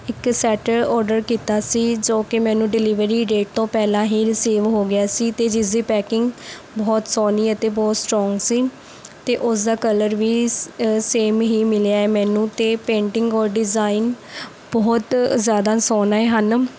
ਇੱਕ set order ਕੀਤਾ ਸੀ ਜੋ ਕਿ ਮੈਨੂੰ ਡਿਲੀਵਰੀ ਡੇਟ ਤੋਂ ਪਹਿਲਾਂ ਹੀ ਰਿਸੀਵ ਹੋ ਗਿਆ ਸੀ ਅਤੇ ਜਿਸਦੀ ਪੈਕਿੰਗ ਬਹੁਤ ਸੋਹਣੀ ਅਤੇ ਬਹੁਤ ਸਟਰੋਂਗ ਸੀ ਅਤੇ ਉਸਦਾ ਕਲਰ ਵੀ ਸ ਸੇਮ ਹੀ ਮਿਲਿਆ ਹੈ ਮੈਨੂੰ ਅਤੇ ਪੇਂਟਿੰਗ ਔਰ ਡਿਜ਼ਾਇਨ ਬਹੁਤ ਜ਼ਿਆਦਾ ਸੋਹਣੇ ਹਨ